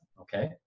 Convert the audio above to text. okay